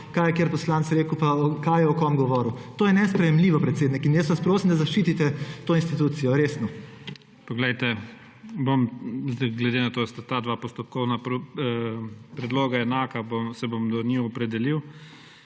kaj je kateri poslanec rekel pa kaj je o kom govoril. To je nesprejemljivo, predsednik, in jaz vas prosim, da zaščitite to institucijo, resno. PREDSEDNIK IGOR ZORČIČ: Poglejte, bom zdaj, glede na to, da sta ta dva postopkovna predloga enaka, se bom do njiju opredelil.